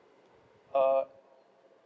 uh